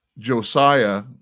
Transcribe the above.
Josiah